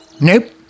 Nope